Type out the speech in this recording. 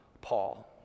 Paul